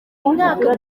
mwaka